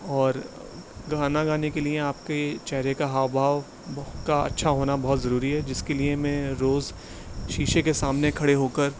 اور گانا گانے کے لیے آپ کے چہرے کا ہاؤ بھاؤ مکھ کا اچھا ہونا بہت ضروری ہے جس کے لیے میں روز شیشے کے سامنے کھڑے ہو کر